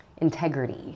Integrity